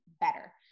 better